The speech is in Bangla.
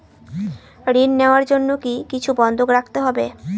ঋণ নেওয়ার জন্য কি কিছু বন্ধক রাখতে হবে?